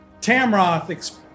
Tamroth